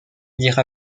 dira